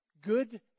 good